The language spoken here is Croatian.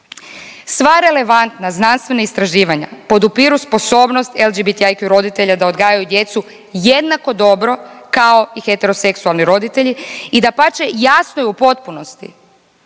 Sva relevantna znanstvena istraživanja podupiru sposobnost LGBTIQ roditelja da odgajaju djecu jednako dobro kao i heteroseksualni roditelji i dapače jasno je u potpunosti